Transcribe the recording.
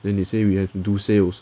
then they say we have do sales